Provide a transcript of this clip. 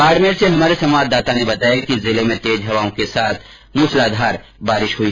बाड़मेर से हमारे संवाददाता ने बताया कि जिले में तेज हवाओं के साथ मूसलाधार बारिश हुई